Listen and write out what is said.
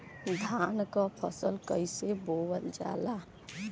धान क फसल कईसे बोवल जाला?